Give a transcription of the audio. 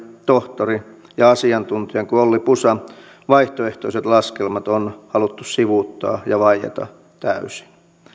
tohtorin ja asiantuntijan kuin olli pusan vaihtoehtoiset laskelmat on haluttu sivuuttaa ja vaieta täysin